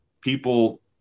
people